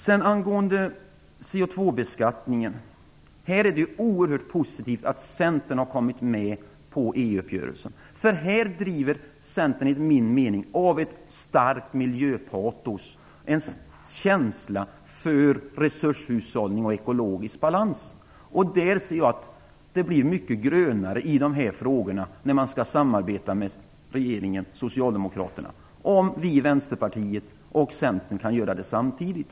Vad gäller CO2-beskattningen är det oerhört positivt att Centern har kommit med på EU-uppgörelsen. Centerpartisterna drivs här enligt min mening av ett starkt miljöpatos, en känsla för resurshushållning och ekologisk balans. Jag anser att det blir ett mycket grönare resultat i dessa frågor vid ett samarbete med socialdemokraterna och regeringen, om vi i Vänsterpartiet och i Centern kan delta i det samtidigt.